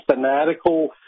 fanatical